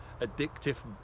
addictive